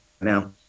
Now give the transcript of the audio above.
now